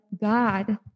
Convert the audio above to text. God